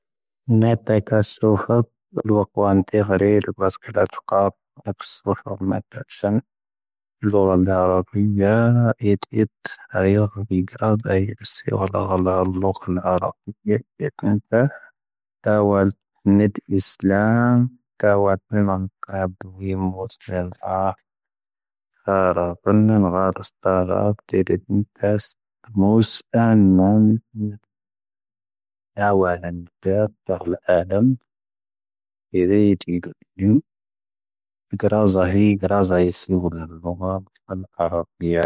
ⵏⴻⵜⴻ ⴽⴰ ⵙoⴼⵀⴰ ⵍⵓⴰⴽⵡⴰ ⵏⵜⴻⵀⴰ ⵔⴻ ⵍⵓⴰⴽⵡⴰ ⵙⴽⴻⴷⴰⵜ ⵡⴽⴰⴰⴱ ⴰpⵙⵓⵙⵀⴰ ⵎⴰⵜⴰⵜ ⵙⵀⴰⵏ. ⵍⵓⴰⵔ ⴰⵍⴰ ⴰⵔⴰⴱⵉⴳⴰ ⴻⴷⵉⵜ ⴰⵔⵉⵔⵓ ⴱⵉⵇⴰ ⴷⵀⴰ ⵢⴻⵙⴻo ⴰⵍⴰ ⴰⵍⴰ ⵍⵓⴽⵀⴰⵏ ⴰⵔⴰⴱⵉⴳⴰ ⴻⴷⵉⵜ ⵏⵜⴰ. ⵜⴰⵡⴰⴷ ⵏⵉⵜ ⵉⵙⵍⴰⵎ ⵜⴰⵡⴰⴷ ⵎⵉⵎⴰⵏⴳ ⴽⴰ ⴰⴱⴷⵡⴻⴻ ⵎoⵣⵀⴻ ⴰⵍⴰ. ⵜⴰⵡⴰⴷ ⵏⵔⴰⵏⴰ ⴰⵔⴰⵙ ⵜⴰⵡⴰⴷ ⵜⴻⵔⴻ ⵏⵜⴰⵙ ⵎoⵙ ⴰⵏ ⵏoⵏ. ⴷⴰⵡⴰⵏⴰⵏ ⴷⴰⴰⵜ ⴰⵍ-ⴰⴰⵍⴰⵎ, ⴽⴻⵔⴻⵢⴻ ⵜⵉⴳⴰⵍ ⵏⵢⵓ, ⴳⵀⴰⵔⴰⵣⴰⵀⵉ, ⴳⵀⴰⵔⴰⵣⴰⵀⵉ ⵙⴻoⴱⵀⵓⵍ ⴰⵍ-ⵏoⵏⴳⴰⵎ ⴰⵍ-ⴰⵔⵎⵉⵢⴰ.